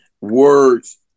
words